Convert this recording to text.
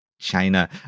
China